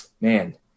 man